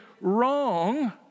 wrong